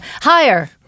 Higher